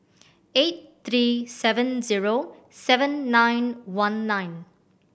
eight three seven zero seven nine one nine